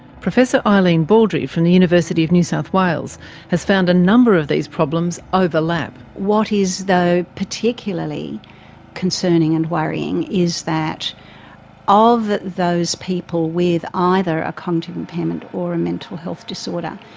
professor eileen baldry from the university of new south wales has found a number of these problems overlap. what is though particularly concerning and worrying is that of those people with either a cognitive impairment or a mental health disorder,